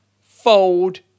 fold